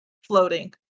floating